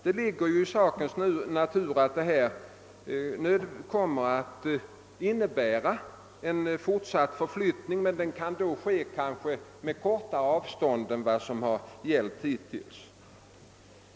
Det ligger i sakens natur att detta kommer att innebära fortsatt förflyttning av människor, men avstånden kanske kan bli kortare än hittills.